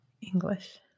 English